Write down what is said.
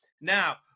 Now